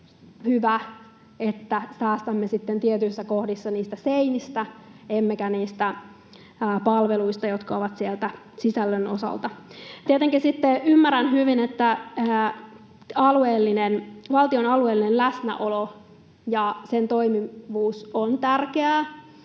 hyvä, että säästämme sitten tietyissä kohdissa seinistä emmekä niistä palveluista, jotka ovat sitä sisältöä. Tietenkin sitten ymmärrän hyvin, että valtion alueellinen läsnäolo ja sen toimivuus on tärkeää,